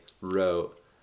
wrote